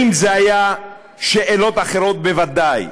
אם אלה היו שאלות אחרות, בוודאי.